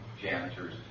janitors